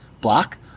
Block